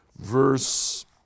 verse